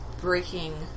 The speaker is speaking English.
breaking